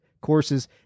courses